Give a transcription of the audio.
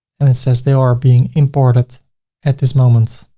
and it says they are being imported at this moment.